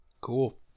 Cool